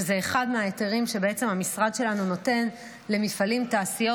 שזה אחד מההיתרים שבעצם המשרד שלנו נותן למפעלים ותעשיות.